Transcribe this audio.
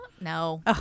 No